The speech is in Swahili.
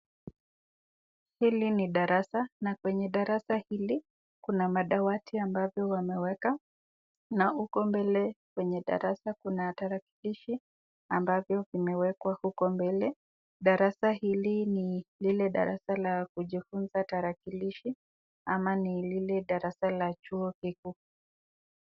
Hili ni darasa na kwenye darasa hili kuna madawati ambayo wameweka na huko mbele kwenye darasa wameweka tarakilishi ambazo zimewekwa huko mbele. Darasa hili ni like darasa la kujifunza tarakilishi ama ni lile darasa la chuo kikuu.